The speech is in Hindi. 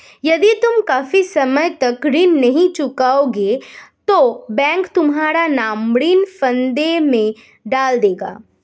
यदि तुम काफी समय तक ऋण नहीं चुकाओगे तो बैंक तुम्हारा नाम ऋण फंदे में डाल देगा